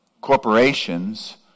corporations